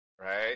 right